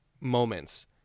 moments